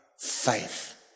faith